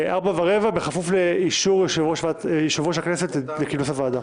ארבע ורבע בכפוף לאישור יושב-ראש הכנסת לכינוס הוועדה.